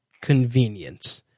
convenience